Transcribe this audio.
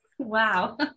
Wow